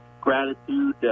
gratitude